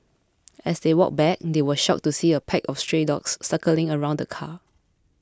as they walked back they were shocked to see a pack of stray dogs circling around the car